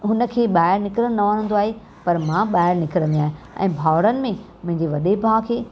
हुनखे ॿाहिरि निकिरणु न वणंदो आहे पर मां ॿाहिरि निकिरंदी आहियां ऐं भाउरनि में वॾे भाउ खे